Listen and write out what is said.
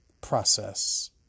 process